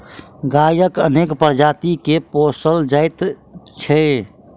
गायक अनेक प्रजाति के पोसल जाइत छै